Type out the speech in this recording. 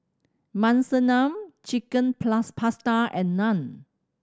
Monsunabe Chicken Pasta and Naan